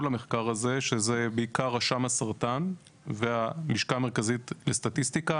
למחקר הזה שזה בעיקר רשם הסרטן והלשכה המרכזית לסטטיסטיקה,